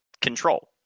control